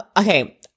okay